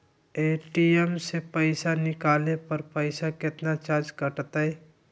ATM से पईसा निकाले पर पईसा केतना चार्ज कटतई?